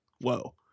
whoa